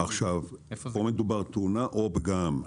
או תאונה או פגם.